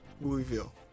Louisville